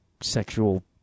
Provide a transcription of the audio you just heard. sexual